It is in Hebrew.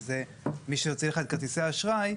שהוא מי שהוציא לך את כרטיסי האשראי,